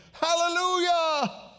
hallelujah